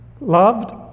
Loved